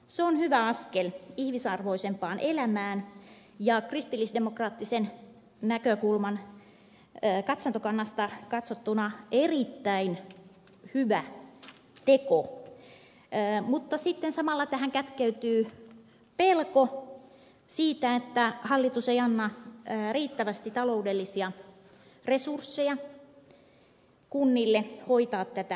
se on hyvä askel ihmisarvoisempaan elämään ja kristillisdemokraattisen näkökulman katsantokannasta katsottuna erittäin hyvä teko mutta sitten samalla tähän kätkeytyy pelko siitä että hallitus ei anna riittävästi taloudellisia resursseja kunnille hoitaa tätä asiaa